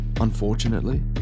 Unfortunately